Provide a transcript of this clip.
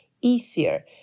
easier